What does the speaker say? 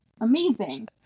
amazing